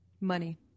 Money